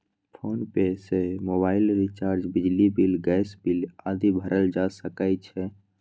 PhonePe सं mobile recharge, बिजली bill, gas bill आदि भरल जा सकै छै